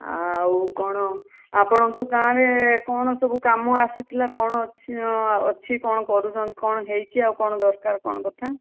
ଆଉ କଣ ଆପଣଙ୍କ ଗାଁରେ କଣ ସବୁ କାମ ଆସିଥିଲା କଣ ଅଛି କଣ କରିଛି କଣ ହେଇଛି ଆଉ କଣ ଦରକାର୍ କଣ କଥା